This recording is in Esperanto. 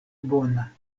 bona